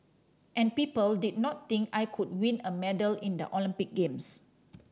and people did not think I could win a medal in the Olympic games